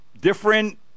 different